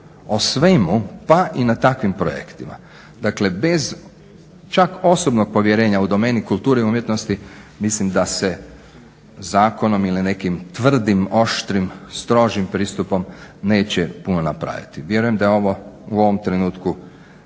o svemu pa i na takvim projektima, dakle bez čak osobnog povjerenja u domeni kulture i umjetnosti mislim da se zakonom ili nekim tvrdim, oštrim, strožim pristupom neće puno napraviti. Vjerujem da je ovo u ovom trenutku najbolje